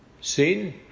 Sin